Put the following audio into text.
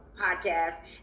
podcast